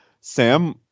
Sam